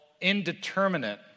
indeterminate